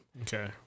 Okay